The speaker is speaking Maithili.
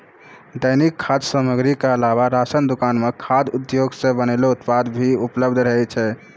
दैनिक खाद्य सामग्री क अलावा राशन दुकान म खाद्य उद्योग सें बनलो उत्पाद भी उपलब्ध रहै छै